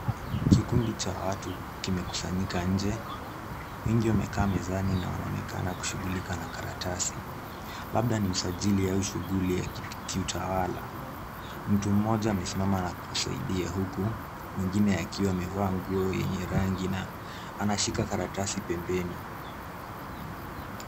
Kikundi cha watu kimekusanyika nje. Wengi wamekaa mezani na wanaonekana kushughulika na karatasi. Labda ni usajili ya hii shughuli ya kiutawala. Mtu mmoja amesimama na kusaidia huku mwingine akiwa amevaa nguo yenye rangi na anashika karatasi pembeni.